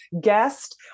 guest